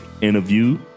interview